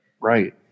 Right